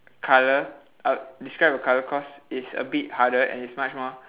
colour I describe a colour cause it's a bit harder and it's much more